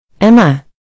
Emma